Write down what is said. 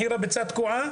מחיר הביצה תקוע.